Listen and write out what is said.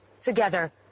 together